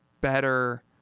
better